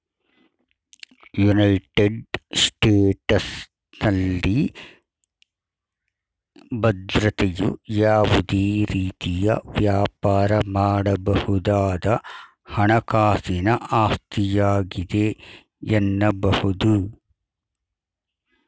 United ಸ್ಟೇಟಸ್ನಲ್ಲಿ ಭದ್ರತೆಯು ಯಾವುದೇ ರೀತಿಯ ವ್ಯಾಪಾರ ಮಾಡಬಹುದಾದ ಹಣಕಾಸಿನ ಆಸ್ತಿಯಾಗಿದೆ ಎನ್ನಬಹುದು